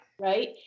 Right